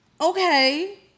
Okay